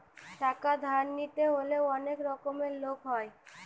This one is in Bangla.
টাকা ধার নিতে হলে অনেক রকমের লোক হয়